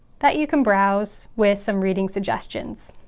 that you can browse with some reading suggestions